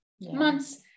months